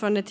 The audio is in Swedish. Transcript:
för det.